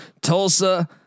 Tulsa